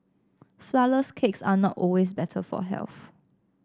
flourless cakes are not always better for health